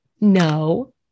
no